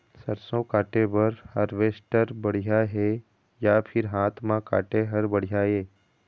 सरसों काटे बर हारवेस्टर बढ़िया हे या फिर हाथ म काटे हर बढ़िया ये?